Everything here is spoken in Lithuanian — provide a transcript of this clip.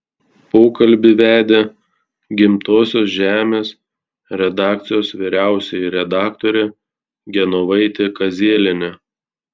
pokalbį vedė gimtosios žemės redakcijos vyriausioji redaktorė genovaitė kazielienė